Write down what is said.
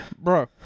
bro